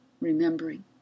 remembering